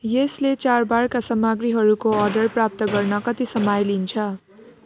यसले चाडबाडका सामग्रीहरूको अर्डर प्राप्त गर्न कति समय लिन्छ